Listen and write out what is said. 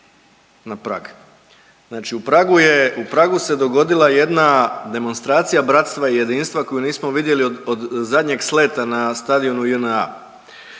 na Prag. Znači u Pragu se dogodila jedna demonstracija bratstva i jedinstva koju nismo vidjeli od zadnjeg Sleta na stadionu JNA.